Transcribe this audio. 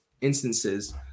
instances